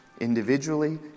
individually